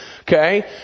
Okay